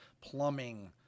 plumbing